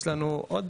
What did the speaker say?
יש לנו עוד